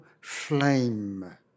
flame